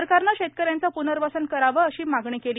सरकारने शेतकऱ्यांचे प्नर्वसन करावे अशी मागणी केली